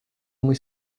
muy